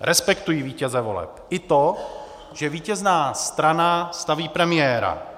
Respektuji vítěze voleb i to, že vítězná strana staví premiéra.